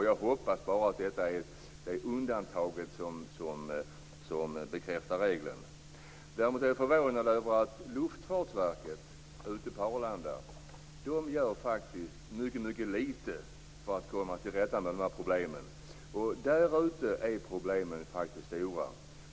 Jag hoppas bara att detta är undantaget som bekräftar regeln. Däremot är jag förvånad över att Luftfartsverket på Arlanda gör mycket litet för att komma till rätta med de här problemen. Där ute är problemen stora.